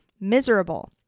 miserable